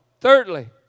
thirdly